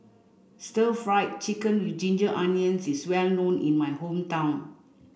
stir fried chicken with ginger onions is well known in my hometown